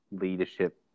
leadership